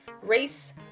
race